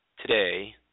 today